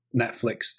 Netflix